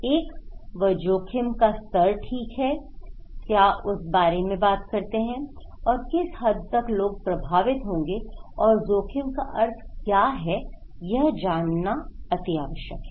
एक व जोखिम का स्तर ठीक है क्या उस बारे में बात करते हैं और किस हद तक लोग प्रभावित होंगे और जोखिम का अर्थ क्या है यह जानना अति आवश्यक है